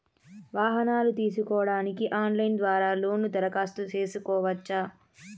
వాహనాలు తీసుకోడానికి ఆన్లైన్ ద్వారా లోను దరఖాస్తు సేసుకోవచ్చా?